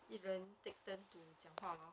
一人 take turn to 讲话 lor